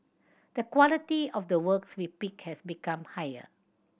the quality of the works we pick has become higher